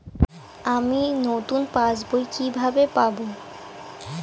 আমি নতুন পাস বই কিভাবে পাব?